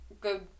good